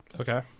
okay